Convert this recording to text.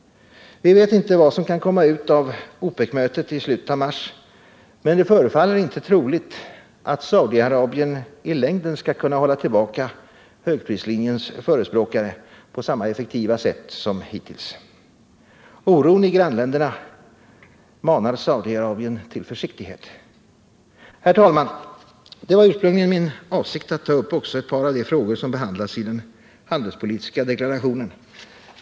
Vi vet inte vad som kan komma ut av OPEC-mötet i slutet av mars, men det förefaller inte troligt att Saudi-Arabien i längden skall kunna hålla tillbaka högprislinjens förespråkare på samma effektiva sätt som hittills. Oron i grannländerna manar Saudi-Arabien till försiktighet. Herr talman! Det var ursprungligen min avsikt att ta upp också ett par av de frågor som behandlas i den handelspolitiska deklarationen.